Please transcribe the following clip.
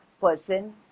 person